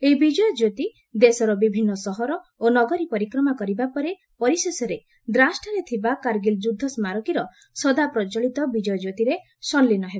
ଏହି ବିଜୟ କ୍ୟୋତି ଦେଶର ବିଭିନ୍ନ ସହର ଓ ନଗରୀ ପରିକ୍ରମା କରିବା ପରେ ପରିଶେଷରେ ଦ୍ରାଂସ ଠାରେ ଥିବା କାରଗିଲ ଯୁଦ୍ଧ ସ୍କାରକୀର ସଦା ପ୍ରଜଳିତ ବିଜୟ ଜ୍ୟୋତିରେ ସଲ୍ଲିନ ହେବ